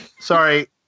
Sorry